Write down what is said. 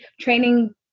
training